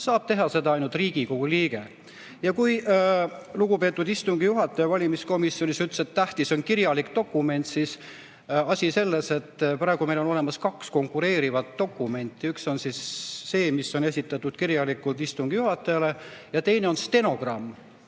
Saab seda teha ainult Riigikogu liige. Ja kui lugupeetud istungi juhataja valimiskomisjonis ütles, et tähtis on kirjalik dokument, siis asi on selles, et praegu meil on olemas kaks konkureerivat dokumenti. Üks on siis see, mis on esitatud kirjalikult istungi juhatajale, ja teine on stenogramm,